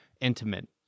intimate